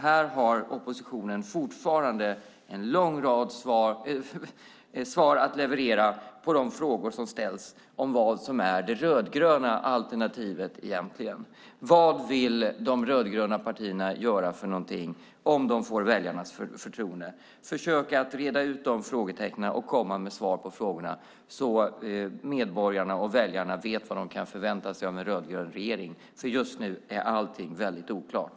Här har oppositionen fortfarande en lång rad svar att leverera på de frågor som ställts om vad som är det rödgröna alternativet. Vad vill de rödgröna partierna göra om de får väljarnas förtroende? Försök reda ut de frågetecknen och komma med svar på frågorna så att medborgarna och väljarna vet vad de kan förvänta sig av en rödgrön regering. Just nu är allting väldigt oklart.